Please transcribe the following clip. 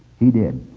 he did.